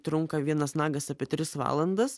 trunka vienas nagas apie tris valandas